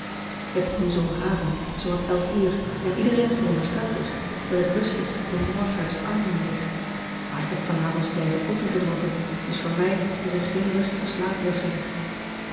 et is nu ondagavond zoowat uur en iedereen veronderstelt dus dat ik rustig in orpheus armen lig aar ik heb vanavond sterke koffie gedronken dus voor mij is er geen rustige slaap weggelegd